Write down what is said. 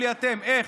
תגידו לי אתם, איך?